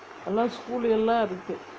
எல்லாம்:ellam school எல்லாம் இருக்கு:ellam irukku